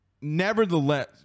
Nevertheless